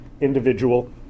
individual